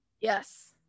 yes